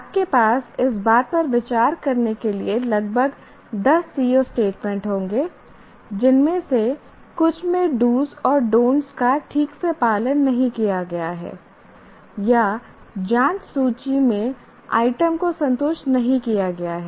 आपके पास इस बात पर विचार करने के लिए लगभग 10 CO स्टेटमेंट होंगे जिनमें से कुछ में डूस do's और डॉनट् don't का ठीक से पालन नहीं किया गया है या जांच सूची में आइटम को संतुष्ट नहीं किया गया है